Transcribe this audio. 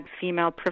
female